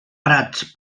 prats